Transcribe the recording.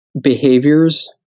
behaviors